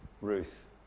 Ruth